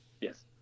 Yes